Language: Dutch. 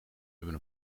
hebben